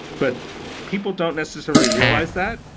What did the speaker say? but people don't necessarily realize that,